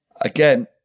Again